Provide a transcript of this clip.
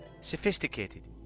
Sophisticated